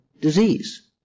disease